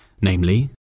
Namely